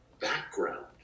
background